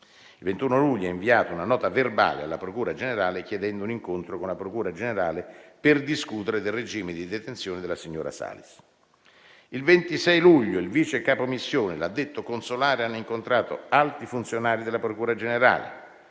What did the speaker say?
Il 21 luglio ho inviato una nota verbale alla procura generale, chiedendo un incontro con la procura generale per discutere del regime di detenzione della signora Salis. Il 26 luglio il vice capo missione e l'addetto consolare hanno incontrato alti funzionari della procura generale,